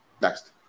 Next